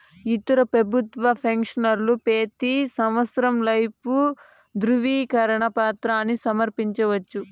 ఇతర పెబుత్వ పెన్సవర్లు పెతీ సంవత్సరం లైఫ్ దృవీకరన పత్రాని సమర్పించవచ్చు